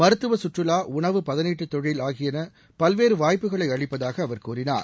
மருத்துவ கற்றுலா உணவு பதனீட்டு தொழில் ஆகியன பல்வேறு வாய்ப்புகளை அளிப்பதாக அவர் கூறினார்